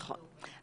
נכון,